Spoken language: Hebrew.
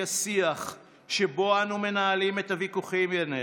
השיח שבו אנו מנהלים את הוויכוחים בינינו.